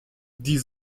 die